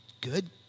good